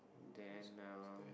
then uh